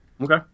Okay